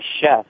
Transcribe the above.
chef